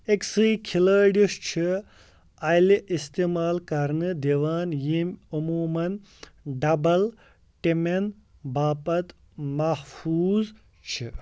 أکۍسٕے کھلٲڑِس چھِ اَلہِ اِستعمال کَرنہٕ دِوان ییٚمۍ عموٗمن ڈبل ٹیٖمٮ۪ن باپتھ محفوٗظ چھِ